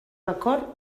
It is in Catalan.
record